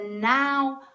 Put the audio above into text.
now